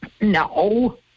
No